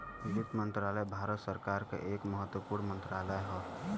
वित्त मंत्रालय भारत सरकार क एक महत्वपूर्ण मंत्रालय हौ